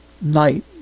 night